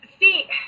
see